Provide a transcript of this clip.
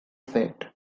said